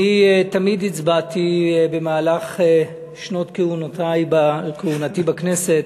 אני תמיד הצבעתי במהלך שנות כהונתי בכנסת,